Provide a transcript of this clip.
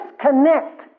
disconnect